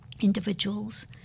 individuals